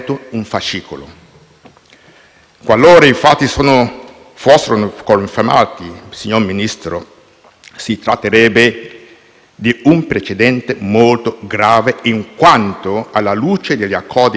qualora i fatti fossero confermati, si tratterebbe di un precedente molto grave, in quanto, alla luce degli accordi internazionali vigenti,